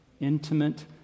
intimate